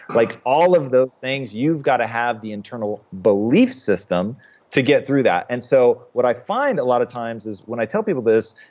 like all of those things, you've gotta have the internal belief system to get through that and so what i find a lot of times is, when i tell people this,